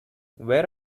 where